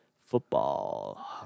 football